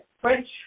French